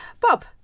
Bob